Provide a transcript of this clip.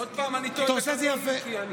אתה עושה את זה יפה.